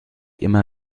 immer